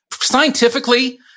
Scientifically